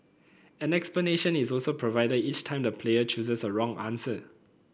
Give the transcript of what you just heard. an explanation is also provided each time the player chooses a wrong answer